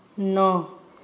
ନଅ